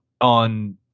on